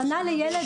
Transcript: זה שנה לילד.